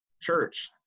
church